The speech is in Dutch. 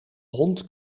hond